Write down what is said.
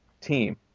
team